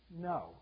no